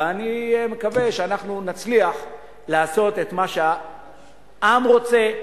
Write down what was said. ואני מקווה שנצליח לעשות את מה שהעם רוצה,